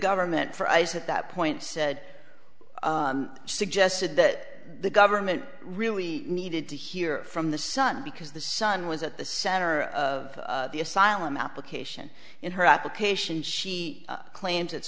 government for ice at that point said suggested that the government really needed to hear from the son because the son was at the center of the asylum application in her application she claims it's